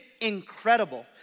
incredible